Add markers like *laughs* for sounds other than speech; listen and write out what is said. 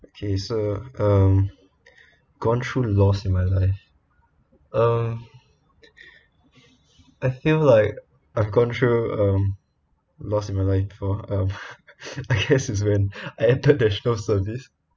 okay so um gone through loss in my life um I feel like I've gone through um loss in my life for um *laughs* I guess it's when I entered national service